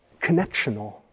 connectional